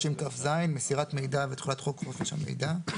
330כז. מסירת מידע ותחולת חוק חופש המידע.